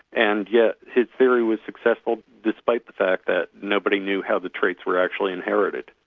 and yet his theory was successful despite the fact that nobody knew how the traits were actually inherited.